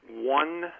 one